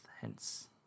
Hence